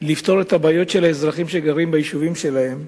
לפתור את הבעיות של האזרחים שגרים ביישובים שלהן,